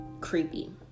creepy